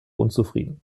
unzufrieden